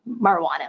marijuana